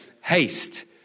haste